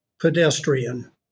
pedestrian